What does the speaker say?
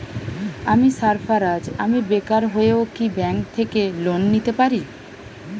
আমি সার্ফারাজ, আমি বেকার হয়েও কি ব্যঙ্ক থেকে লোন নিতে পারি?